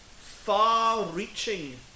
far-reaching